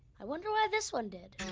i wonder why this one did?